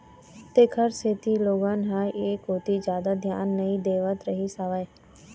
तेखर सेती लोगन ह ऐ कोती जादा धियान नइ देवत रहिस हवय